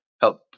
help